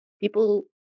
People